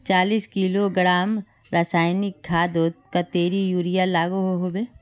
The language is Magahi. चालीस किलोग्राम रासायनिक खादोत कतेरी यूरिया लागोहो होबे?